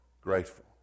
Grateful